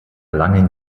langen